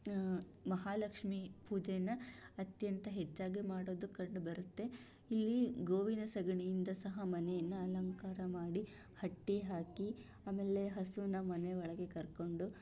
ಮಹಾಲಕ್ಷ್ಮಿ ಪೂಜೇನ ಅತ್ಯಂತ ಹೆಚ್ಚಾಗಿ ಮಾಡೋದು ಕಂಡು ಬರುತ್ತೆ ಈ ಗೋವಿನ ಸಗಣಿಯಿಂದ ಸಹ ಮನೆಯನ್ನು ಅಲಂಕಾರ ಮಾಡಿ ಹಟ್ಟಿ ಹಾಕಿ ಅಮೇಲೆ ಹಸುನ ಮನೆ ಒಳಗೆ ಕರ್ಕೊಂಡು